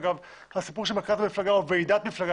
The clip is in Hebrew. אגב הסיפור של מרכז מפלגה או ועידת מפלגה